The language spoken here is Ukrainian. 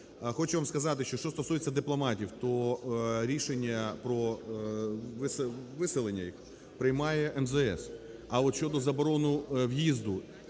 Хочу вам сказати, що стосується дипломатів, то рішення про виселення їх приймає МЗС. А от щодо заборони в'їзду